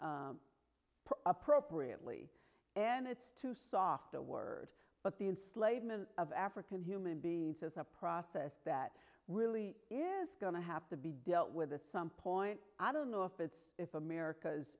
it appropriately and it's too soft a word but the enslavement of african human beings is a process that really is going to have to be dealt with with some point i don't know if it's if america's